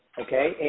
okay